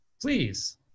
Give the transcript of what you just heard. Please